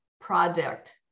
project